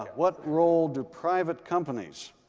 what role do private companies